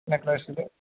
നെക്ക്ളേസില്